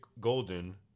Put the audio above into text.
Golden